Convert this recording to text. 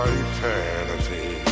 eternity